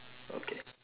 okay